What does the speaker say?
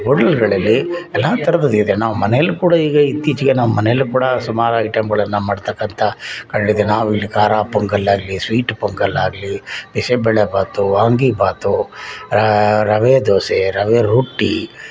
ಹೋಟ್ಲಗಳಲ್ಲಿ ಎಲ್ಲ ಥರದ ಇದೆ ನಾವು ಮನೇಲಿ ಕೂಡ ಈಗ ಇತ್ತೀಚೆಗೆ ನಾವು ಮನೇಲೂ ಕೂಡ ಸುಮಾರು ಐಟಮ್ಗಳನ್ನು ಮಾಡ್ತಕ್ಕಂಥ ಕಂಡಿದಿ ನಾವಿಲ್ಲಿ ಖಾರ ಪೊಂಗಲ್ ಆಗಲಿ ಸ್ವೀಟ್ ಪೊಂಗಲ್ ಆಗಲಿ ಬಿಸಿಬೇಳೆ ಬಾತು ವಾಂಗಿಬಾತು ರವೆ ದೋಸೆ ರವೆ ರೊಟ್ಟಿ